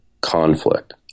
Conflict